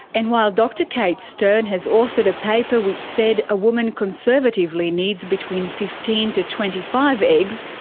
and while dr kate stern has authored a paper which said a woman conservatively needs between fifteen to twenty five eggs,